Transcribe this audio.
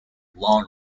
lawn